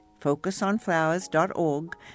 focusonflowers.org